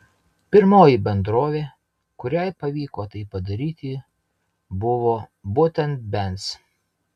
pirmoji bendrovė kuriai pavyko tai padaryti buvo būtent benz